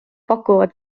pakuvad